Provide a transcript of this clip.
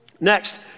Next